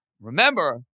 remember